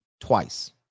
twice